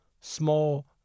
small